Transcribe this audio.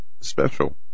special